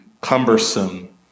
cumbersome